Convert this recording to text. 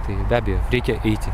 tai be abejo reikia eiti